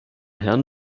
herrn